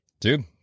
Dude